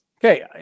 Okay